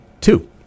two